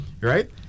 right